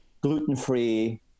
gluten-free